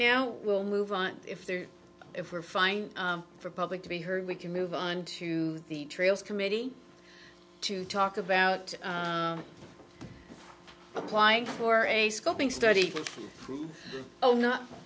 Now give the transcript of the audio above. now we'll move on if they're if we're fine for public to be heard we can move on to the trails committee to talk about applying for a scoping study oh no